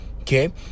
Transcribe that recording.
okay